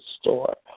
store